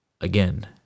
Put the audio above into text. again